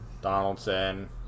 Donaldson